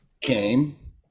came